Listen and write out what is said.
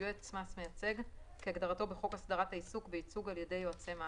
"יועץ מס מייצג" כהגדרתו בחוק הסדרת העיסוק בייצוג על ידי יועצי מס,